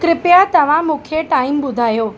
कृपया तव्हां मूंखे टाइम ॿुधायो